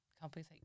companies